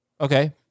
Okay